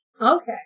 Okay